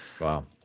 wow